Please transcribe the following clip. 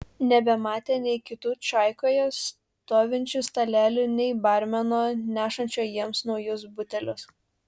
nebematė nei kitų čaikoje stovinčių stalelių nei barmeno nešančio jiems naujus butelius